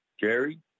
Jerry